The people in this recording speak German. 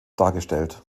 dargestellt